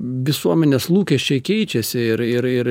visuomenės lūkesčiai keičiasi ir ir ir